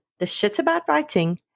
theshitaboutwriting